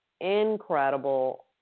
incredible